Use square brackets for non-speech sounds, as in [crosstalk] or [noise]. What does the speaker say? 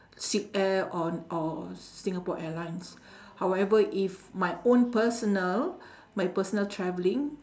silk-air on or singapore airlines [breath] however if my own personal [breath] my personal travelling